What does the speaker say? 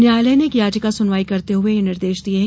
न्यायालय ने एक याचिका सुनवाई करते हुये यह निर्देश दिये है